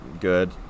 good